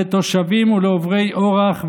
לתושבים ולעוברי אורח,